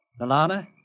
Nalana